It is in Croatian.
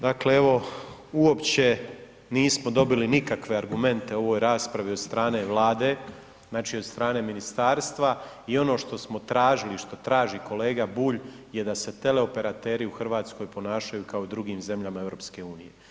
Dakle, evo, uopće nismo dobili nikakve argumente u ovoj raspravi od strane Vlade, znači, od strane ministarstva i ono što smo tražili i što traži kolega Bulj je da se teleoperateri u RH ponašaju kao i u drugim zemljama EU.